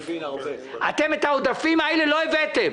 אתם את העודפים האלה לא הבאתם